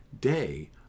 day